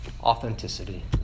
authenticity